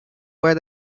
where